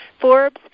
Forbes